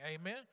amen